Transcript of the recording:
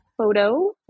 photo